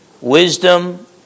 wisdom